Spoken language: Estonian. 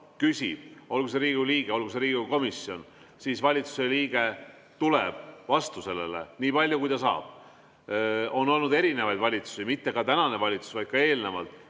küsib, olgu see Riigikogu liige, olgu see Riigikogu komisjon, siis valitsuse liige tuleb vastu sellele nii palju, kui ta saab. On olnud erinevaid valitsusi. Mitte [vaid] praegune valitsus, vaid ka eelneva